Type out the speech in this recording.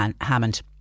Hammond